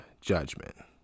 judgment